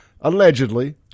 allegedly